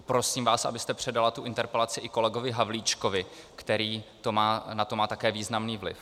Prosím vás, abyste předala tuto interpelaci i kolegovi Havlíčkovi, který na to má také významný vliv.